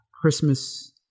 Christmas